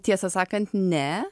tiesą sakant ne